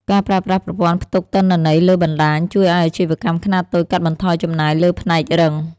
ការប្រើប្រាស់ប្រព័ន្ធផ្ទុកទិន្នន័យលើបណ្ដាញជួយឱ្យអាជីវកម្មខ្នាតតូចកាត់បន្ថយចំណាយលើផ្នែករឹង។